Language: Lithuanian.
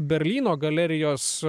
berlyno galerijos